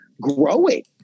growing